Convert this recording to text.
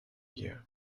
you